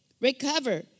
recover